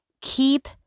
keep